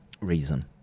reason